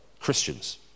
Christians